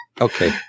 Okay